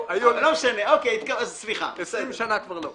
20 שנה כבר לא.